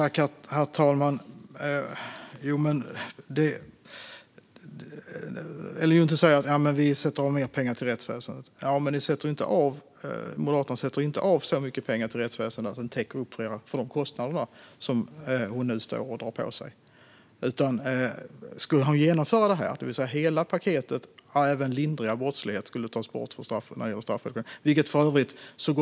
Herr talman! Ellen Juntti säger att de avsätter mer pengar till rättsväsendet. Men Moderaterna avsätter inte så mycket pengar till rättsväsendet att de täcker de kostnader som Ellen Juntti nu drar på sig. Om man skulle genomföra hela detta paket och även inbegripa att lindriga brott tas bort från straffriheten innebär det en kostnad på 1,1 miljard.